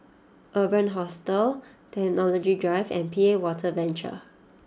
Urban Hostel Technology Drive and P A Water Venture